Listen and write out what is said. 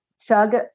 chug